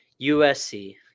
usc